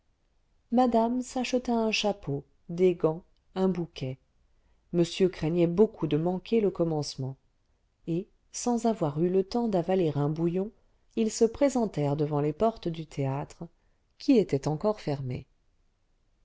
madame s'acheta un chapeau des gants un bouquet monsieur craignait beaucoup de manquer le commencement et sans avoir eu le temps d'avaler un bouillon ils se présentèrent devant les portes du théâtre qui étaient encore fermées